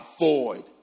avoid